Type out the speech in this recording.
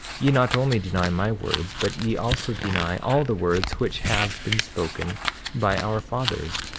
ye not only deny my words, but ye also deny all the words which have been spoken by our fathers,